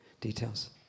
details